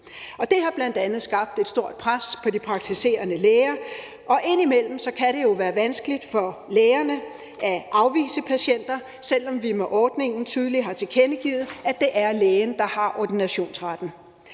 Det har bl.a. skabt et stort pres på de praktiserende læger, og indimellem kan det jo være vanskeligt for lægerne at afvise patienter, selv om vi med ordningen tydeligt har tilkendegivet, at det er lægen, der har ordinationsretten.